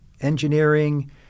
engineering